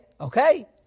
Okay